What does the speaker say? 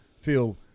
feel